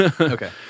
Okay